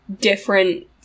different